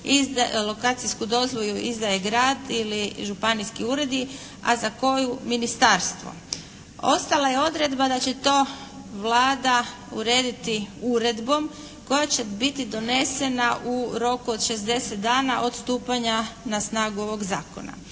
lokacijsku dozvolu izdaje grad ili županijski uredi a za koju ministarstvo. Ostala je odredba da će to Vlada urediti uredbom koja će biti donesena u roku od 60 dana od stupanja na snagu ovog zakona.